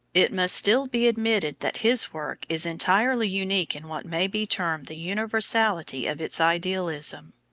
it must still be admitted that his work is entirely unique in what may be termed the universality of its idealism.